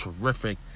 terrific